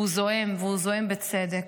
הוא זועם, והוא זועם בצדק.